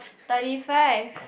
thirty five